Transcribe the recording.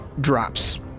drops